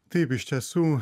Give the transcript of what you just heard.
taip iš tiesų